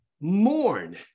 mourn